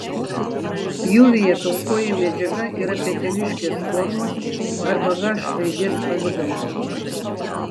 pjūvyje pilkoji medžiaga yra peteliškės formos arba h raidės pavidalo